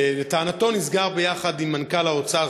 לטענתו זה נסגר עם מנכ"ל האוצר,